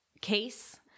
case